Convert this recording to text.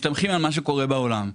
מסתמכים על מה שקורה בעולם.